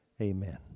amen